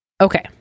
Okay